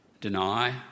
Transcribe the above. deny